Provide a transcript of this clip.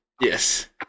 Yes